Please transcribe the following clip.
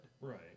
Right